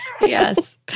Yes